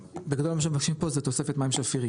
בגדול אני חושב שמה שמבקשים פה זה תוספת מים שפירים,